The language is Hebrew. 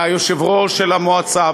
ליושב-ראש של המועצה,